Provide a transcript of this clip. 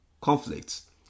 conflicts